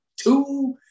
Two